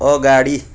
अगाडि